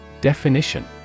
Definition